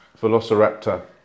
Velociraptor